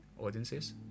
audiences